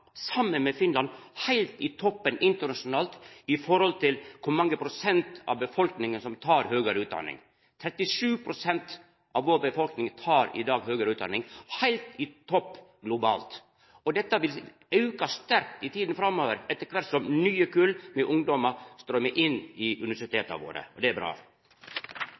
saman med Finland, heilt i toppen internasjonalt når det gjeld kor mange prosent av befolkninga som tek høgare utdanning. 37 pst. av befolkninga vår tek i dag høgare utdanning – vi er heilt på topp globalt. Og dette vil auka sterkt i tida framover etter kvart som nye kull med ungdommar strøymer inn i universiteta våre, og det er bra.